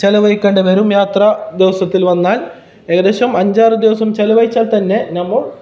ചിലവഴിക്കേണ്ടി വരും യാത്ര ദിവസത്തിൽ വന്നാൽ ഏകദേശം അഞ്ച് ആറ് ദിവസം ചിലവഴിച്ചാൽ തന്നെ നമ്മൾ